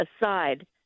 aside